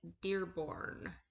Dearborn